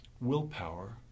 willpower